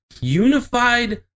unified